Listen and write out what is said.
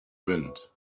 wind